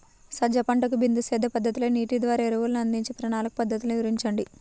సజ్జ పంటకు బిందు సేద్య పద్ధతిలో నీటి ద్వారా ఎరువులను అందించే ప్రణాళిక పద్ధతులు వివరించండి?